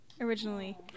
originally